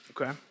okay